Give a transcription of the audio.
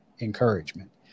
encouragement